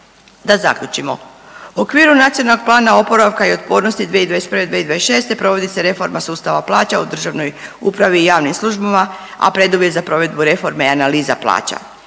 Da zaključimo, u okviru NPOO-a 2021.-2026. provodi se reforma sustava plaća u državnoj upravi i javnim službama, a preduvjet za provedbu reforme je analiza plaća.